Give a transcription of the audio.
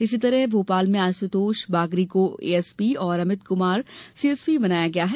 इसी तरह भोपाल में आशुतोष बागरी को एएसपी और अमित कुमार सीएसपी बनाया गया है